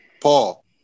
Paul